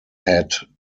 had